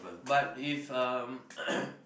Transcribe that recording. but if um